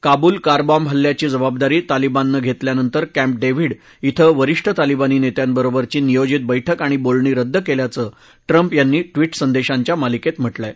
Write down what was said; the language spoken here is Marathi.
काबुल कारबाँब हल्ल्याची जबाबदारी तालिबाननं घेतल्यानंतर कॅम्प डेव्हिड इथं वरिष्ठ तालिबानी नेत्यांबरोबरची नियोजित बक्कि आणि बोलणी रद्द केल्याचं ट्रम्प यांनी संदेशांच्या मालिकेत म्हटलं आहे